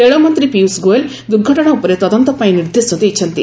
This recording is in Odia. ରେଳମନ୍ତ୍ରୀ ପିୟୁଷ ଗୋଏଲ୍ ଦୁର୍ଘଟଣା ଉପରେ ତଦନ୍ତ ପାଇଁ ନିର୍ଦ୍ଦେଶ ଦେଇଛନ୍ତି